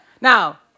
Now